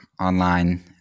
online